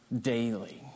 daily